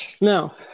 Now